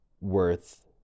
worth